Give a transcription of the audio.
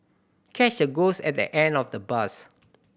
catch the ghost at the end of the bus